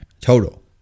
total